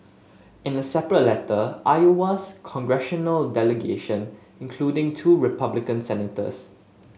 in a separate letter Iowa's congressional delegation including two Republican senators